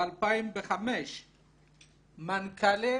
ב-2005 - מנכ"לי